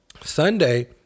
Sunday